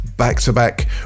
back-to-back